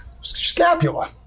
scapula